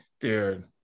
Dude